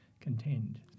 contend